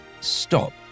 stop